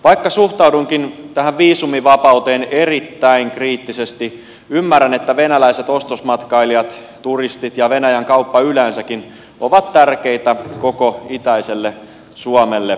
vaikka suhtaudunkin tähän viisumivapauteen erittäin kriittisesti ymmärrän että venäläiset ostosmatkailijat turistit ja venäjän kauppa yleensäkin ovat tärkeitä koko itäiselle suomelle